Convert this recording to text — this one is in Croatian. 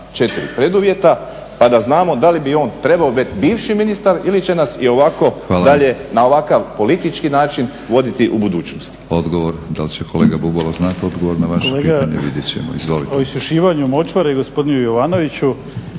četiri preduvjeta pa da znamo da li bi on trebao biti bivši ministar ili će nas i ovako dalje na ovakav politički način voditi u budućnosti. **Batinić, Milorad (HNS)** Odgovor. Da li će kolega Bubalo znati odgovor na vaše pitanje, vidjeti